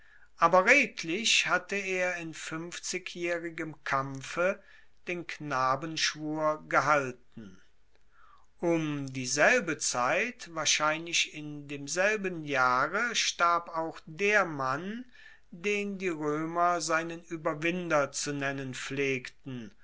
aber es ist bezeichnend wie hannibal fast wie alexander mit den orientalischen fabeln verwachsen ist um dieselbe zeit wahrscheinlich in demselben jahre starb auch der mann den die roemer seinen ueberwinder zu nennen pflegten